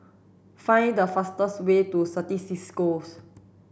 find the fastest way to Certis Cisco